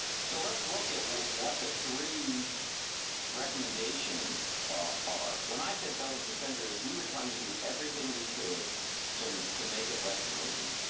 so let's look at what the three recommendations are. when i said belt and suspenders, we were trying to do everything we could to to make it less noisy.